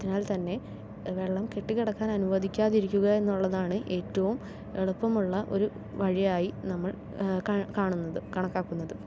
അതിനാൽ തന്നെ വെള്ളം കെട്ടിക്കിടക്കാൻ അനുവദിക്കാതിരിക്കുക എന്നുള്ളതാണ് ഏറ്റവും എളുപ്പമുള്ള ഒരു വഴിയായി നമ്മൾ കാണുന്നത് കണക്കാക്കുന്നത്